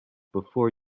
before